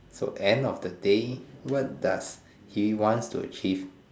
so end of the day what does he wants to achieve